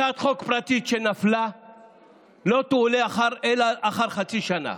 הצעת חוק פרטית שנפלה לא תועלה אלא לאחר חצי שנה.